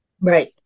Right